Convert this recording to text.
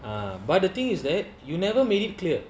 ah but the thing is that you never made it clear